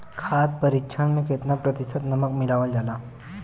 खाद्य परिक्षण में केतना प्रतिशत नमक मिलावल जाला?